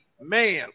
man